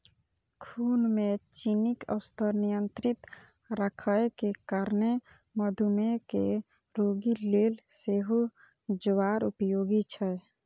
खून मे चीनीक स्तर नियंत्रित राखै के कारणें मधुमेह के रोगी लेल सेहो ज्वार उपयोगी छै